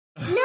No